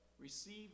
receive